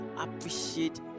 appreciate